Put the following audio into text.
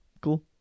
Cool